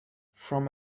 from